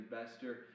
Investor